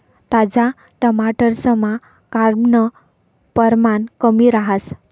ताजा टमाटरसमा carbon परमाण कमी रहास